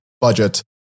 budget